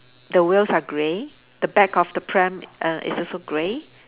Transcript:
the wheels are grey the back of the pram err is also grey